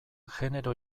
genero